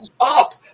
up